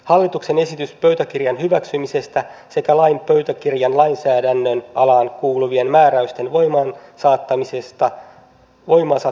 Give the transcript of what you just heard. hallituksen esitys pöytäkirjan hyväksymisestä sekä laiksi pöytäkirjan lainsäädännön alaan kuuluvien määräysten voimaansaattamisesta on kannatettava